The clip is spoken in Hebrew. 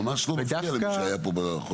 ממש לא מפתיע למי שהיה פה בחודש האחרון.